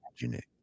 imagine